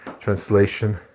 translation